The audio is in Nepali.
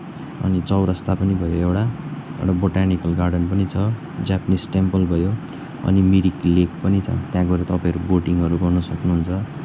अनि चौरस्ता पनि भयो एउटा एउटा बोटानिकल गार्डन पनि छ जापानिज टेम्पल भयो अनि मिरिक लेक पनि छ त्यहाँ गएर तपाईँहरू बोटिङहरू गर्नु सक्नुहुन्छ